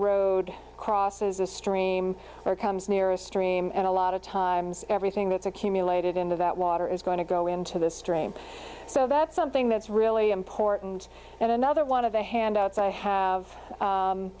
road crosses a stream or comes near a stream and a lot of times everything that's accumulated into that water is going to go into the stream so that's something that's really important and another one of the handouts i have